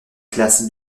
classes